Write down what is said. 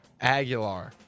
Aguilar